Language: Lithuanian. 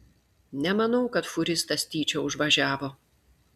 nemanau kad fūristas tyčia užvažiavo